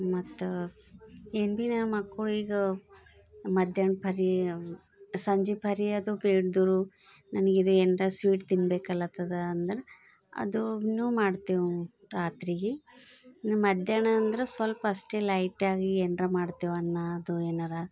ಮತ್ತು ಏನು ಭೀ ಯ ಮಕ್ಕಳು ಈಗ ಮಧ್ಯಾಹ್ನ ಪರಿ ಸಂಜೆ ಪರಿಯದು ನನಗಿದು ಏನಾರ ಸ್ವಿಟ್ ತಿನ್ಬೇಕಲಾತ್ತದ ಅಂದ್ರೆ ಅದನ್ನೂ ನಾವು ಮಾಡ್ತೇವೆ ರಾತ್ರಿಗೆ ಮಧ್ಯಾಹ್ನ ಅಂದ್ರೆ ಸ್ವಲ್ಪ ಅಷ್ಟೆ ಲೈಟಾಗಿ ಏನಾರ ಮಾಡ್ತೇವೆ ಅನ್ನ ಅದು ಏನಾರ